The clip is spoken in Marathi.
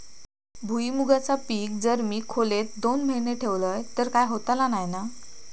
भुईमूगाचा पीक जर मी खोलेत दोन महिने ठेवलंय तर काय होतला नाय ना?